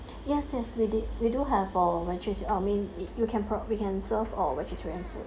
yes yes we did we do have for vege~ I mean y~ you can pro~ we can serve uh vegetarian food